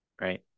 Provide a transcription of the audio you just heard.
Right